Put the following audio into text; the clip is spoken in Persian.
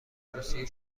توصیه